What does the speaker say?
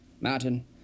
Martin